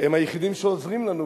הם היחידים שעוזרים לנו,